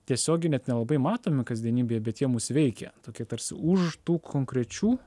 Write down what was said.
tiesiogiai net nelabai matomi kasdienybėje bet jie mus veikia tokie tarsi už tų konkrečių